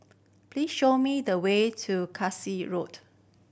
please show me the way to Road